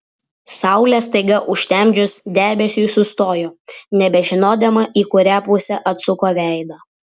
saulę staiga užtemdžius debesiui sustojo nebežinodama į kurią pusę atsuko veidą